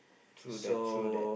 true that true that